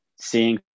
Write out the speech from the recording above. seeing